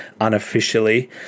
unofficially